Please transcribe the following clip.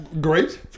Great